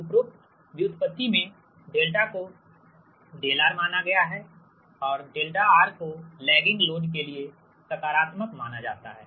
उपरोक्त व्युत्पत्ति में δ को δR माना गया है और δR को लैगिंग लोड के लिए सकारात्मक माना जाता है